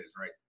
right